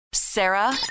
Sarah